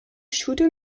should